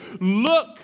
Look